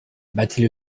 battait